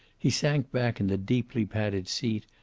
he sank back in the deeply padded seat,